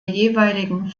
jeweiligen